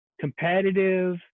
competitive